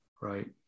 right